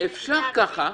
אפשר ככה.